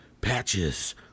Patches